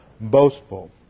boastful